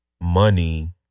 money